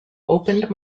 opened